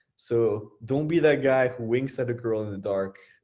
so don't be that guy who winks at a girl in the dark.